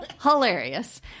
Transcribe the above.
hilarious